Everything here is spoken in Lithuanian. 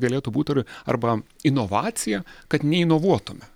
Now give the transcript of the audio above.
galėtų būti ir arba inovacija kad neinovuotume